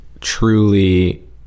truly